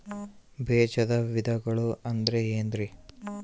ಬೇಜದ ವಿಧಗಳು ಅಂದ್ರೆ ಏನ್ರಿ?